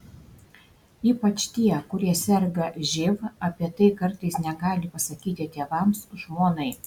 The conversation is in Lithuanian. ypač tie kurie serga živ apie tai kartais negali pasakyti tėvams žmonai